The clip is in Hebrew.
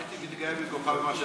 לא הייתי מתגאה במקומך במה שעשית.